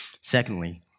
Secondly